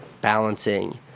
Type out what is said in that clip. balancing